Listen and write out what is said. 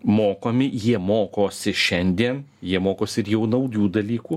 mokomi jie mokosi šiandien jie mokosi ir jau naujų dalykų